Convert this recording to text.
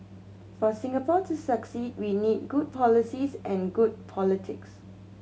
for Singapore to succeed we need good policies and good politics